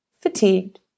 fatigued